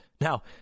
Now